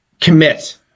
Commit